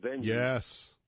Yes